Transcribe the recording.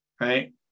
right